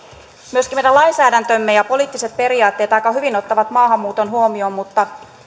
myöskin meidän lainsäädäntömme ja poliittiset periaatteemme aika hyvin ottavat maahanmuuton huomioon mutta